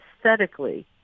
aesthetically